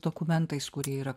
dokumentais kurie yra